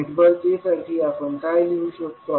network a साठी आपण काय लिहू शकतो